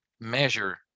measure